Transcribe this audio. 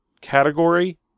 category